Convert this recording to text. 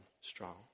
strong